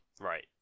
right